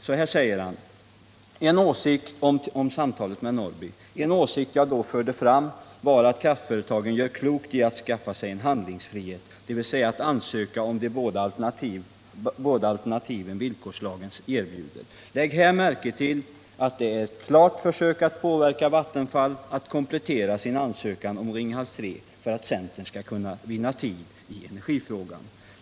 Så här säger han om samtalet med Norrby: En åsikt jag då förde fram var att kraftföretagen gör klokt i att skaffa sig en handlingsfrihet, dvs. att ansöka om de båda alternativ villkorslagen erbjuder. Lägg märke till att det är ett klart försök att påverka Vattenfall att komplettera sin ansökan om Ringhals 3 för att centern skall vinna tid i energifrågan!